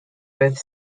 both